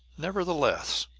nevertheless,